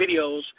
videos